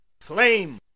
Flame